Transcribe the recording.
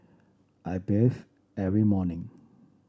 I bathe every morning